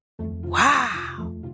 Wow